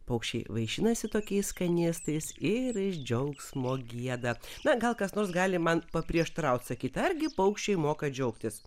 paukščiai vaišinasi tokiais skanėstais ir iš džiaugsmo gieda na gal kas nors gali man paprieštarauti sakyti argi paukščiai moka džiaugtis